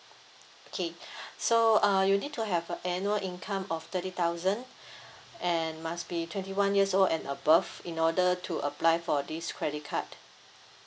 okay so uh you need to have a annual income of thirty thousand and must be twenty one years old and above in order to apply for this credit card